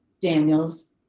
Daniels